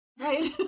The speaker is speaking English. Right